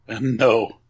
No